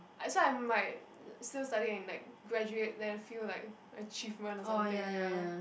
I so I might still study and like graduate then feel like achievement or something ya